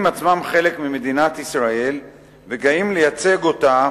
עצמם חלק ממדינת ישראל וגאים לייצג אותה